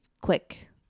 quick